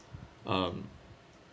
um